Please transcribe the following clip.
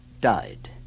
died